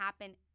happen